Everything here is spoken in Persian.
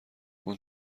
اون